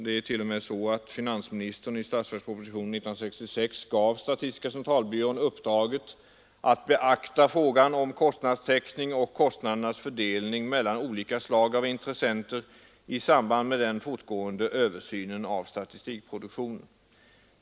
Det är t.o.m. så att finansministern i statsverkspropositionen 1966 gav statistiska centralbyrån uppdraget att beakta frågan om kostnadstäckning och kostnadsfördelning mellan olika slag av intressenter i samband med den fortgående översynen av statistikproduktionen.